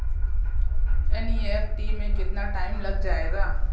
NEFT में कितना time लग जाएगा?